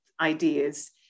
ideas